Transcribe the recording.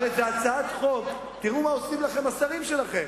הרי זו הצעת חוק, תראו מה עושים לכם השרים שלכם.